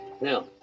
Now